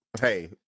hey